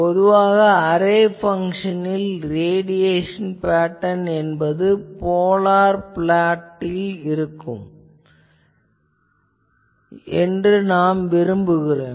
பொதுவாக அரே பங்ஷனின் radiation pattern என்பது போலார் பிளாட்டில் இருக்க வேண்டும் என நாம் விரும்புகிறோம்